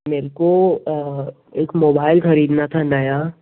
मेरे को एक मोबाइल खरीदना था नया